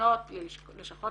לפנות ללשכות